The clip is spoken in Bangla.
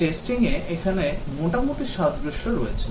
Testing এ এখানে মোটামুটি সাদৃশ্য রয়েছে